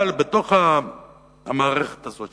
אבל בתוך המערכת הזאת,